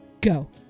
go